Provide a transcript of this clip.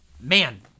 man